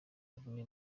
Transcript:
imvune